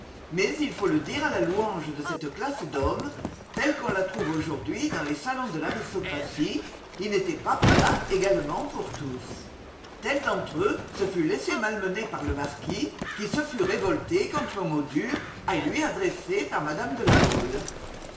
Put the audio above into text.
mais il faut le dire à la louange de cette classe d'hommes telle qu'on la trouve aujourd'hui dans les salons de l'aristocratie ils n'étaient pas plats également pour tous tel d'entre eux se fût laissé malmener par le marquis qui se fût révolté contre un mot dur à lui adressé par mme de la mole